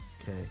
okay